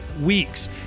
weeks